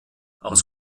aus